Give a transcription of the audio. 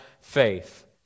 faith